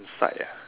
inside ah